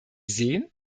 sehen